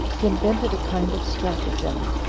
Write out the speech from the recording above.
he invented a kind of stratagem,